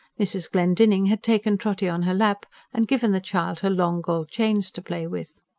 mrs. glendinning had taken trotty on her lap, and given the child her long gold chains to play with.